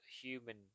human